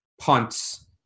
punts